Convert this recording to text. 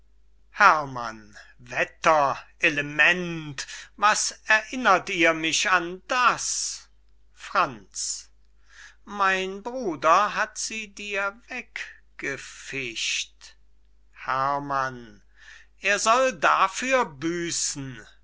herrmann wetter element was erinnert ihr mich an das franz mein bruder hat sie dir weggefischt herrmann er soll dafür büßen